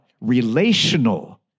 relational